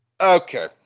Okay